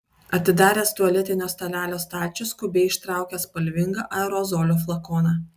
atidaręs tualetinio stalelio stalčių skubiai ištraukė spalvingą aerozolio flakoną